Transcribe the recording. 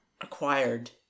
acquired